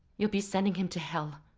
you'll be sending him to hell.